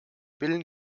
willen